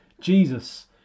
Jesus